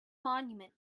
monument